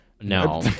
no